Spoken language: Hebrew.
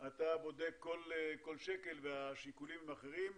אתה בודק כל שקל והשיקולים הם אחרים,